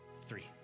three